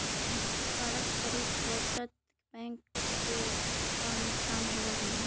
पारस्परिक बचत बैंक के का नुकसान होवऽ हइ?